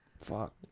Fuck